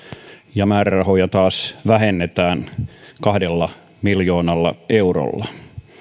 ja määrärahoja taas vähennetään kahdella miljoonalla eurolla